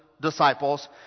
disciples